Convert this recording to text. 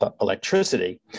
electricity